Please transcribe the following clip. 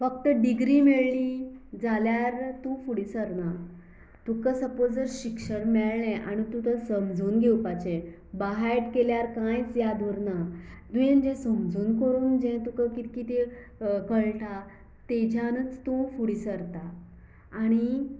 फक्त डिग्री मेळ्ळी जाल्यार तूं फुडें सरना तुका सपोज जर शिक्षण मेळ्ळें आनी तूं जर समजून घेवपाचें बायहाट केल्यार कांयच याद उरना तुवें जें समजून पळोवन तयेंन जें किद किदें कळटा तेजानच तूं फुडें सरता आनी